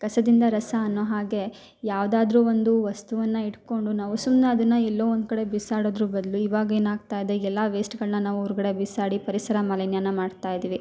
ಕಸದಿಂದ ರಸ ಅನ್ನೋ ಹಾಗೆ ಯಾವ್ದಾದರೂ ಒಂದು ವಸ್ತುವನ್ನ ಇಟ್ಕೊಂಡು ನಾವು ಸುಮ್ನೆ ಅದನ್ನ ಎಲ್ಲೋ ಒಂದು ಕಡೆ ಬಿಸಾಡೋದ್ರ ಬದಲು ಇವಾಗ ಏನಾಗ್ತಾ ಇದೆ ಎಲ್ಲ ವೇಸ್ಟ್ಗಳ್ನ ನಾವು ಹೊರ್ಗಡೆ ಬಿಸಾಡಿ ಪರಿಸರ ಮಾಲಿನ್ಯನ ಮಾಡ್ತಾ ಇದ್ದೀವಿ